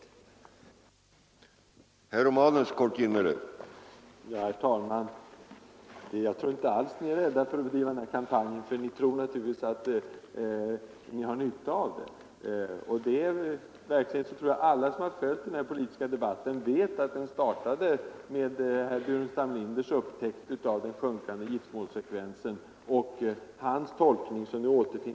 undanröja ekonomisk diskriminering av äktenskapet undanröja ekonomisk diskriminering av äktenskapet